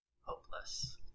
hopeless